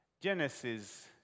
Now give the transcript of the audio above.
Genesis